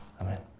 Amen